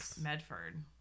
Medford